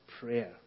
prayer